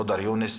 מודר יונס,